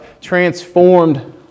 transformed